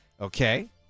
Okay